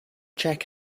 check